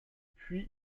puis